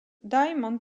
diamond